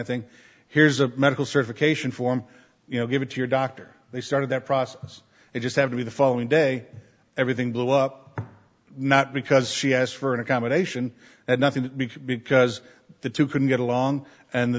of thing here's a medical certification form you know give it to your doctor they started that process it just have to be the following day everything blew up not because she asked for an accommodation and nothing because the two couldn't get along and